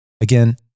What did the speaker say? Again